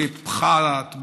בפחת.